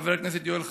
חבר הכנסת יואל חסון.